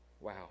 Wow